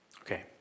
Okay